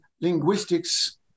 linguistics